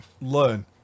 Learn